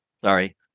Sorry